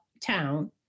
town